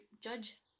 judge